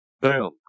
boom